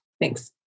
Thanks